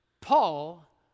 Paul